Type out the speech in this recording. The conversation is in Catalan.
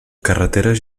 carreteres